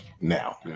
now